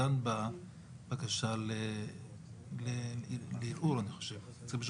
שיש הגבלה על כהונה ואחרי 12 חודשים